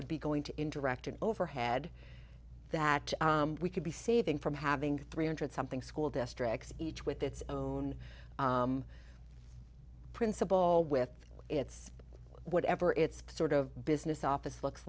would be going to indirect an overhead that we could be saving from having three hundred something school districts each with its own principal with its whatever its sort of business office looks